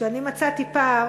שאני מצאתי פער